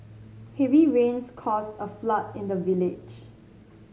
heavy rains caused a flood in the village